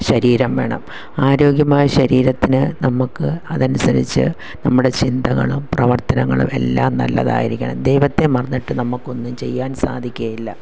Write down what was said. ശരീരം വേണം ആരോഗ്യമായ ശരീരത്തിന് നമ്മള്ക്ക് അതനുസരിച്ച് നമ്മുടെ ചിന്തകളും പ്രവർത്തനങ്ങളും എല്ലാം നല്ലതായിരിക്കണം ദൈവത്തെ മറന്നിട്ട് നമ്മള്ക്കൊന്നും ചെയ്യാൻ സാധിക്കുകയില്ല